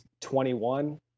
21